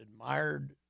admired